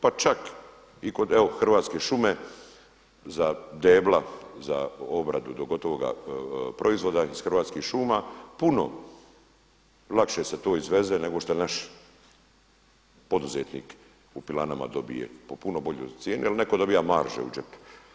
Pa čak evo i Hrvatske šume za debla za obradu gotovog proizvoda iz hrvatskih šuma puno lakše se to izveze nego šta naš poduzetnik u pilanama dobije po puno boljoj cijeni ili neko dobija marže u džep.